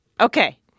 Okay